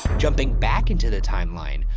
jumping back into the timeline,